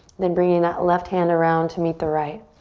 then bringing that left hand around to meet the right.